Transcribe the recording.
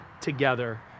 together